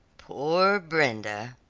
poor brenda!